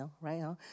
right